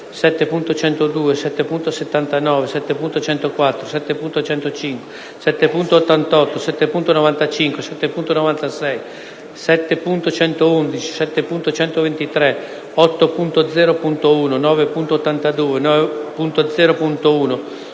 7.102, 7.79, 7.104, 7.105, 7.88, 7.95, 7.96, 7.111, 7.123, 8.0.1, 9.82, 9.0.1,